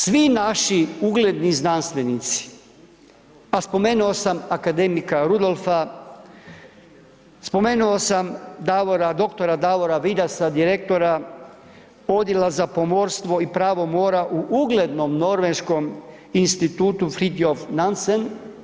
Svi naši ugledni znanstvenici a spomenuo sam akademika Rudolfa, spomenuo sam dr. Davora Vidasa direktora odjela za pomorstvo i pravo mora u uglednom norveškom institutu Fridtjof Nansen.